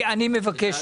זה תהליך.